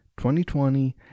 2020